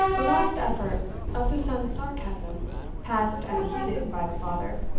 the last effort of the son's sarcasm passed unheeded by the father.